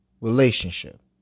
relationship